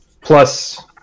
plus